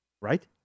right